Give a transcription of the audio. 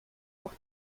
auch